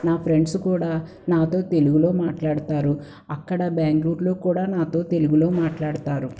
నా ఫ్రెండ్స్ కూడా నాతో తెలుగులో మాట్లాడతారు అక్కడ బ్యాంగ్లూర్లో కూడా నాతో తెలుగులో మాట్లాడుతారు